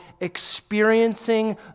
experiencing